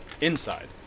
inside